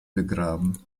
begraben